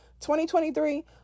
2023